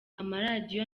amaradiyo